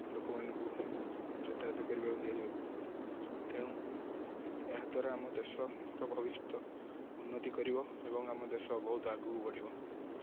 ଲୋକମାନଙ୍କୁ ଯାତାୟାତ କରିବାକୁ ଦିଆଯାଉ ତେଣୁ ଏହାଦ୍ୱାରା ଆମ ଦେଶର ଭବିଷ୍ୟତ ଉନ୍ନତି କରିବ ଏବଂ ଆମ ଦେଶ ବହୁତ ଆଗକୁ ବଢ଼ିବ